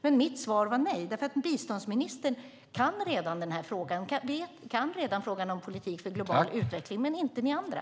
Men mitt svar var nej, därför att biståndsministern kan redan frågan om politik för global utveckling men inte ni andra.